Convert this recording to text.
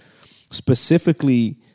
specifically